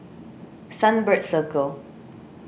Sunbird Circle